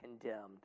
condemned